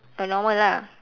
oh normal lah